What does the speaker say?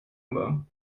aber